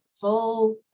full